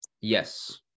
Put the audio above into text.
Yes